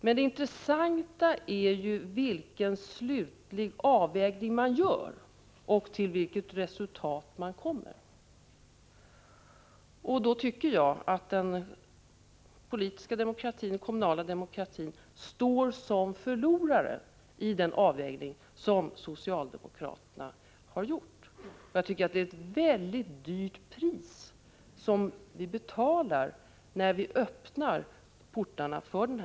Men det intressanta är ju vilken slutlig avvägning man gör och till vilket resultat man kommer. I den avvägning som socialdemokraterna gjort tycker jag att den politiska kommu nala demokratin står som förlorare. Jag anser att det är ett mycket högt pris vi — Prot. 1985/86:26 betalar när vi medger denna närvarorätt.